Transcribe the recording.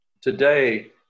today